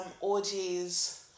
orgies